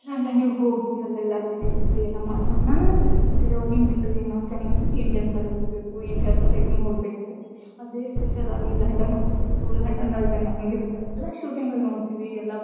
ಲಂಡನ್ನಿಗೆ ಹೋಗಿ ಅಲ್ಲೆಲ್ಲ ತಿರುಗಿಸಿ ಎಲ್ಲ ಮಾಡ್ಕೊಂಡು ಬಂದು ಹುಟ್ಟಿದವಾಗಿಂದ ಹಿಡ್ದು ಏನು ಆಸೆ ಅಂತಂದ್ರೆ ಇಂಡಿಯಾದ್ ಹೊರ್ಗೆ ಹೋಗಬೇಕು ಇಂಡಿಯಾದ್ ಹೊರಗೆ ನೋಡಬೇಕು ಅದೇ ಸ್ಪೆಷಲ್ ಆಗಿ ಲಂಡನ್ಗೆ ಹೋಗಬೇಕು ಲಂಡನಲ್ಲಿ ಜನ ಹೇಗಿರ್ತಾರೆ ಎಲ್ಲ ಶೂಟಿಂಗಲ್ಲಿ ನೋಡ್ತೀವಿ ಎಲ್ಲ